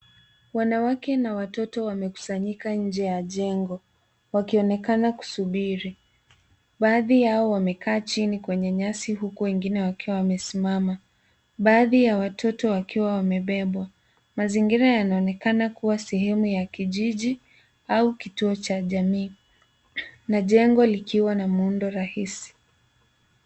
Wanawake na watoto wamekusanyika nje ya jengo wakionekana kusubiri. Baadhi yao wamekaa Kwenye nyasi huku wengine wakiwa wamesimama. Baadhi ya watoto wakiwa wamebebwa. Mazingira yanaonekana kuwa sehemu ya kijiji au kituo cha jamii na jengo likiwa na muundo rahisi.